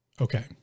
okay